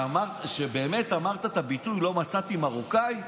שבאמת אמרת את הביטוי "לא מצאתי מרוקאי"?